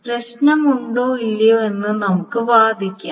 പ്രശ്നമുണ്ടോ ഇല്ലയോ എന്ന് നമുക്ക് വാദിക്കാം